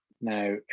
Now